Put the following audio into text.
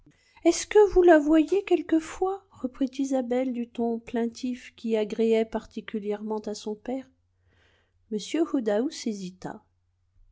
est-ce que vous la voyez quelquefois reprit isabelle du ton plaintif qui agréait particulièrement à son père m woodhouse hésita